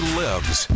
lives